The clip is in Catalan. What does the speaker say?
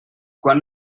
quan